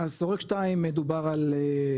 אז שורק 2 מדובר על,